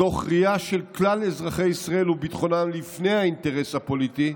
מתוך ראייה של כלל אזרחי ישראל וביטחונה לפני האינטרס הפוליטי.